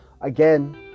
again